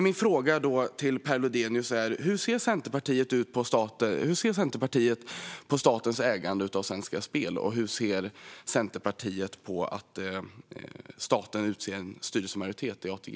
Min fråga till Per Lodenius är: Hur ser Centerpartiet på statens ägande av Svenska Spel, och hur ser Centerpartiet på att staten utser en styrelsemajoritet i ATG?